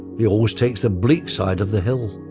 he always takes the bleak side of the hill.